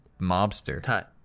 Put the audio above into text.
mobster